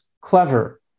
Clever